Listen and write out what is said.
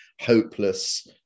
hopeless